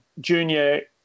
junior